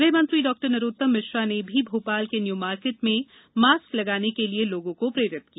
गृहमंत्री डॉ नरोत्तम मिश्रा ने भी भोशल के न्यू मार्केट में मास्क लगाने के लिए लोगों को प्रेरित किया